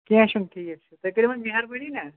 کیٚنٛہہ چھُنہ ٹھیٖک چھُ تُہی کٔرِو وۄنۍ مہربٲنی نہ